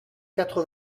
quatre